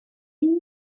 you